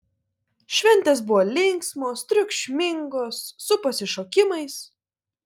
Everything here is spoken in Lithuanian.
šventės buvo linksmos triukšmingos su pasišokimais